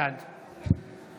בעד